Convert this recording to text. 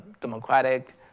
Democratic